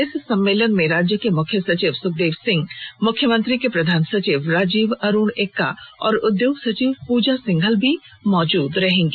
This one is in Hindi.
इस सम्मेलन में राज्य के मुख्य सचिव सुखदेव सिंह मुख्यमंत्री के प्रधान सचिव राजीव अरुण एक्का और उद्योग सचिव पूजा सिंघल भी मौजूद रहेंगी